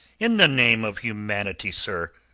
in the name of humanity, sir!